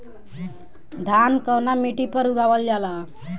धान कवना मिट्टी पर उगावल जाला?